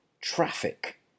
traffic